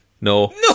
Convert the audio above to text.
no